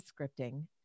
scripting